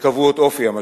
שקבעו את אופי המשבר.